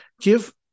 give